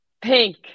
Pink